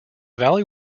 valley